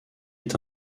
est